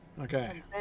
okay